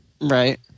Right